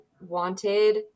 wanted